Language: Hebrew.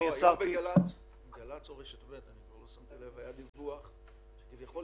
בגל"צ או ברשת ב' היה דיווח שיש כביכול